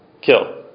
kill